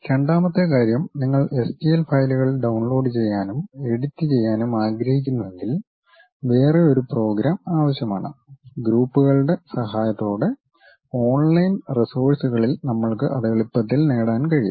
രണ്ടാമത്തെ കാര്യം നിങ്ങൾ എസ്ടിഎൽ ഫയലുകൾ ഡൌൺലോഡു ചെയ്യാനും എഡിറ്റു ചെയ്യാനും ആഗ്രഹിക്കുന്നുവെങ്കിൽ വേറേ ഒരു പ്രോഗ്രാം ആവശ്യമാണ് ഗ്രൂപ്പുകളുടെ സഹായത്തോടെ ഓൺലൈൻ റിസോഴ്സുകളിൽ നമ്മൾക്ക് അത് എളുപ്പത്തിൽ നേടാൻ കഴിയും